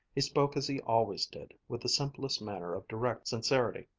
he spoke as he always did, with the simplest manner of direct sincerity.